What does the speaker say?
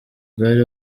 bwari